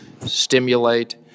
stimulate